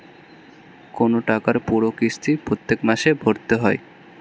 কোন টাকার পুরো কিস্তি প্রত্যেক মাসে ভরতে হয়